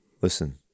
Listen